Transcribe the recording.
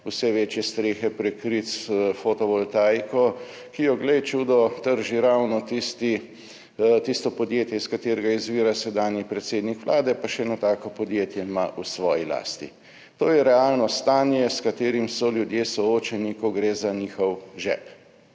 vse večje strehe prekriti s fotovoltaiko, ki jo, glej čudo, trži ravno tisti, tisto podjetje, iz katerega izvira sedanji predsednik Vlade, pa še eno tako podjetje ima v svoji lasti. To je realno stanje, s katerim so ljudje soočeni, ko gre za njihov žep.